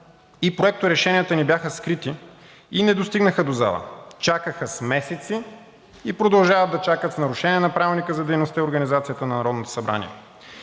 и проекторешенията ни бяха скрити и не достигнаха до залата. Чакаха с месеци и продължават да чакат в нарушение на Правилника за организация